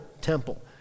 temple